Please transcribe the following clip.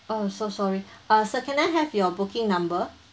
oh so sorry uh sir can I have your booking number